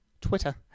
Twitter